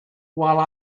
while